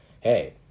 hey